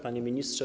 Panie Ministrze!